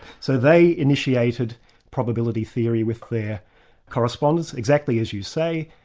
so they initiated probability theory with their correspondence, exactly as you say,